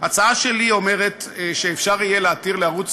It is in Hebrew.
ההצעה שלי אומרת שיהיה אפשר להתיר לערוץ